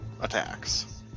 attacks